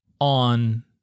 on